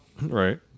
right